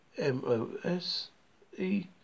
m-o-s-e